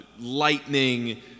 lightning